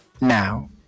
now